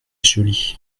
joli